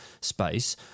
space